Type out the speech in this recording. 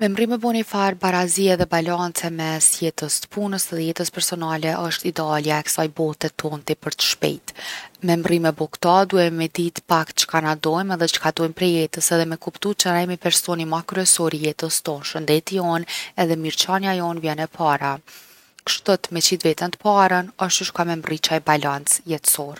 Me mrri me bo nifar barazije ose balance mes jetës t’punës dhe jetës personale osht idealja e ksaj bote tonë tepër t’shpejtë. Me mrri me bo kta duhemi me dit’ pak çka na dojm’ edhe çka dojm’ prej jetës edhe me kuptu që na jemi personi ma kryesorë i jetës tonë. Shëndeti jonë edhe mirqanja jonë vjen e para, kshtut me e qit veten t’parën osht qysh ka me mrri qaj balance jetësor’.